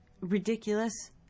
ridiculous